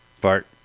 Bart